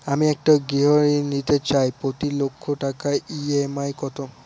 আমি একটি গৃহঋণ নিতে চাই প্রতি লক্ষ টাকার ই.এম.আই কত?